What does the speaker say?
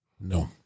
No